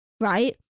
right